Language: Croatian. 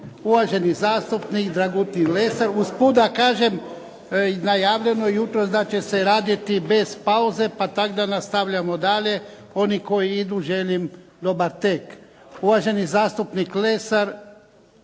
Uvaženi zastupnik Dragutin Lesar. Usput da kažem i najavljeno je jutros da će se raditi bez pauze, pa tako da nastavljamo dalje. Oni koji idu želim dobar tek. Uvaženi zastupnik Lesar